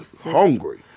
hungry